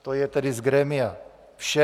To je tedy z grémia vše.